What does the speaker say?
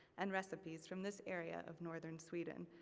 and recipes from this area of northern sweden.